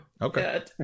okay